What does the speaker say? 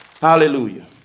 Hallelujah